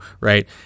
Right